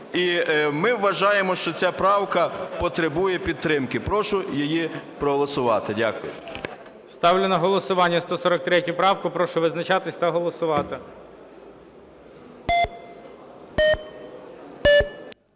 ми вважаємо, що ця правка потребує підтримки. Прошу її проголосувати. Дякую. ГОЛОВУЮЧИЙ. Ставлю на голосування 143 правку. Прошу визначатися та голосувати.